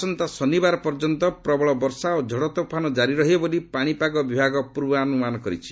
ଆସନ୍ତା ଶନିବାର ପର୍ଯ୍ୟନ୍ତ ପ୍ରବଳ ବର୍ଷା ଓ ଝଡ଼ତୋଫାନ ଜାରି ରହିବ ବୋଲି ପାଣିପାଗ ବିଭାଗ ପୂର୍ବାନୁମାନ କରିଛି